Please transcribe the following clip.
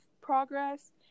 progress